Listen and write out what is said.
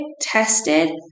tested